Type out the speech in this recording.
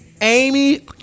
Amy